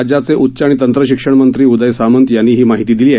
राज्याचे उच्च आणि तंत्रशिक्षण मंत्री उदय सामंत यांनी ही माहिती दिली आहे